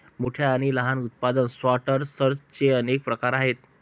मोठ्या आणि लहान उत्पादन सॉर्टर्सचे अनेक प्रकार आहेत